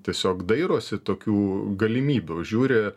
tiesiog dairosi tokių galimybių žiūri